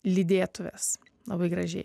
lydėtuvės labai gražiai